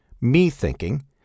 me-thinking